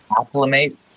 acclimate